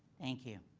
thank you.